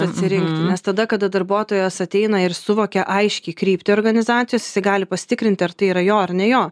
atsirinkti nes tada kada darbuotojas ateina ir suvokia aiškiai kryptį organizacijos jisai gali pasitikrinti ar tai yra jo ar ne jo